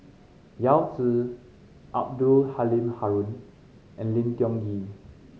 Yao Zi Abdul Halim Haron and Lim Tiong Ghee